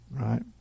right